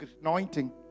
anointing